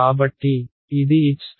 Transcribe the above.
కాబట్టి ఇది H